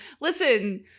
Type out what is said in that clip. Listen